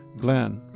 Glenn